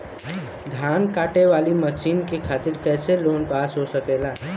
धान कांटेवाली मशीन के खातीर कैसे लोन पास हो सकेला?